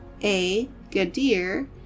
A-Gadir